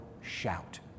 shout